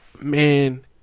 Man